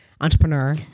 entrepreneur